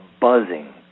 buzzing